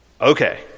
Okay